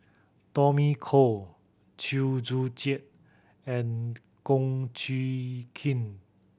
Tommy Koh Chew Joo Chiat and Kum Chee Kin